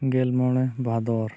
ᱜᱮᱞ ᱢᱚᱬᱮ ᱵᱷᱟᱫᱚᱨ